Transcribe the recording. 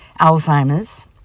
Alzheimer's